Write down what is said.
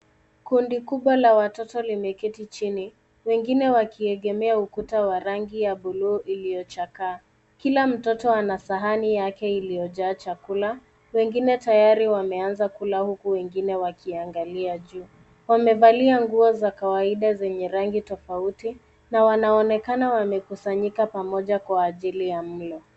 Kundi kubwa la watoto limeketi chini, wengine wakiegemea ukuta wa rangi ya bluu iliyochakaa. Kila mtoto ana sahani yake iliyojaa chakula. Wengine tayari wameanza kula huku wengine wakiangalia juu. Wamevalia nguo za kawaida zenye rangi tofauti na wanaonekana wamekusanyika pamoja kwa ajili ya mlo.